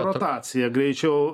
rotacija greičiau